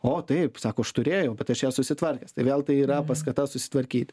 o taip sako aš turėjau bet aš ją susitvarkęs tai vėl tai yra paskata susitvarkyti